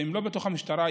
ואם לא בתוך המשטרה,